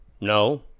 No